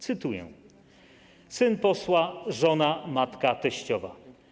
Cytuję: „Syn posła, żona, matka, teściowa.